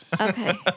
Okay